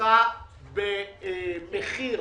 זכה במחיר